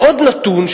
ועוד נתון,